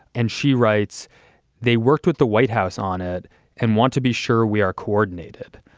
and she writes they worked with the white house on it and want to be sure we are coordinated.